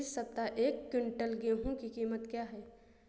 इस सप्ताह एक क्विंटल गेहूँ की कीमत क्या है?